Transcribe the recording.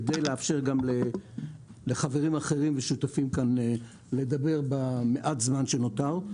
כדי לאפשר לחברים אחרים ולשותפים לדבר במעט הזמן שנותר.